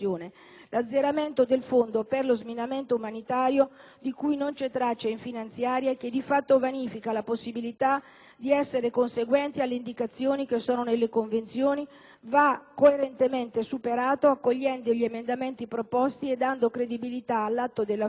L'azzeramento del fondo per lo sminamento umanitario, di cui non c'è traccia in finanziaria, e che di fatto vanifica la possibilità di essere conseguenti alle indicazioni previste dalle Convenzioni, va coerentemente superato accogliendo gli emendamenti proposti e dando così credibilità all'atto della firma